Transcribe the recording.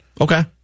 Okay